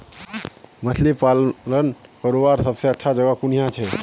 मछली पालन करवार सबसे अच्छा जगह कुनियाँ छे?